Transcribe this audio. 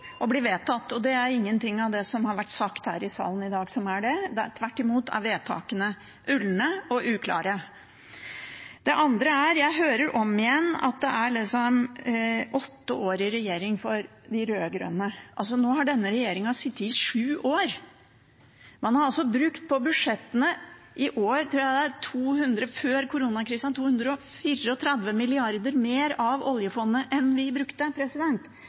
bli vedtatt. Det er ingenting av det som har blitt sagt her i salen i dag, som er det. Vedtakene er tvert imot ulne og uklare. Jeg hører igjen at det var åtte år i regjering for de rød-grønne. Nå har denne regjeringen sittet i sju år. Før koronakrisa i år tror jeg man hadde brukt 234 mrd. kr mer av oljefondet enn vi brukte.